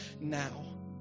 now